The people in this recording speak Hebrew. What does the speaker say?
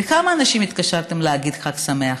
לכמה אנשים התקשרתם להגיד חג שמח?